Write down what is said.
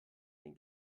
den